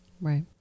Right